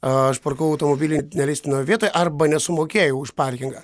aš parkavau automobilį neleistinoje vietoje arba nesumokėjau už parkingą